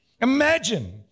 Imagine